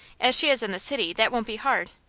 as she is in the city, that won't be hard.